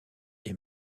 est